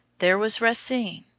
there was racine,